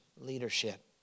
leadership